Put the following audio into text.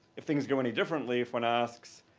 if things go any differently if one asks,